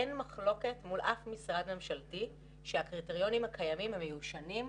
אין מחלוקת מול אף משרד ממשלתי שהקריטריונים הקיימים הם מיושנים,